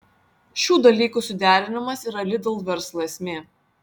šių dalykų suderinimas yra lidl verslo esmė